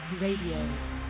Radio